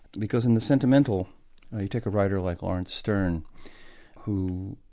because in the sentimental, when you take a writer like laurence sterne who,